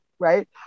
Right